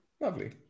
lovely